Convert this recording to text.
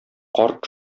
карт